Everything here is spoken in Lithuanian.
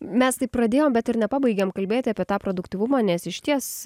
mes taip pradėjom bet ir nepabaigėm kalbėt apie tą produktyvumą nes išties